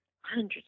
hundreds